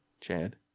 Chad